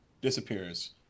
disappears